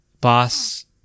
boss